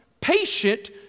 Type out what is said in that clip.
patient